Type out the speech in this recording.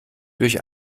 durch